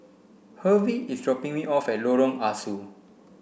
Hervey is dropping me off at Lorong Ah Soo